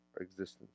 existence